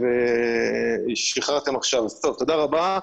תודה רבה.